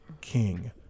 king